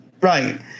Right